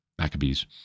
Maccabees